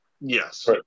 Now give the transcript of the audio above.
Yes